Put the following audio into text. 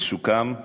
זה סוכם.